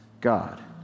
God